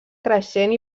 creixent